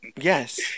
Yes